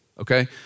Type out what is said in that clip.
okay